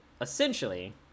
essentially